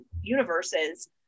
universes